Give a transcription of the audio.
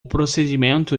procedimento